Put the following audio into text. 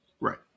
Right